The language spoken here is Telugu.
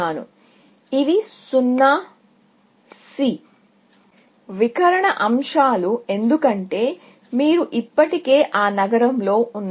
కాబట్టి ఇవి 0 సె వికర్ణ అంశాలు ఎందుకంటే మీరు ఇప్పటికే ఆ నగరంలో ఉన్నారు